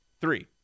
Three